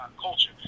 culture